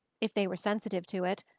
if they were sensitive to it,